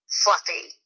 fluffy